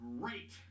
great